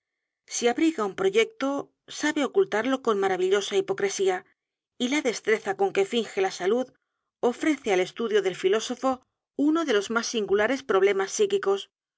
si abriga un proyecto sabe ocultarlo con maravillosa hipocresía y la destreza con que finge la salud ofrece al estudio del filosofo uno de los más